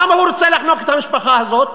למה הוא רוצה לחנוק את המשפחה הזאת?